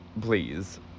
please